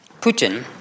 Putin